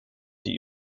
die